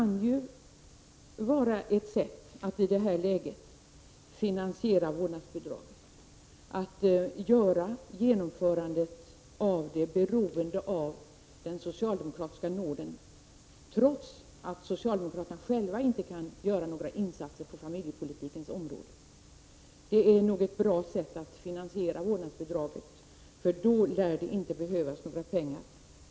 I det här läget kan ju ett sätt att finansiera vårdnadsbidraget vara att göra det beroende av den socialdemokratiska nåden, trots att socialdemokraterna själva inte kan göra några insatser på familjepolitikens område. Det är nog ett bra sätt att finansiera vårdnadsbidraget på. Då lär det nämligen inte behövas några pengar.